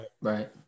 right